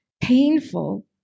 painful